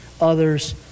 others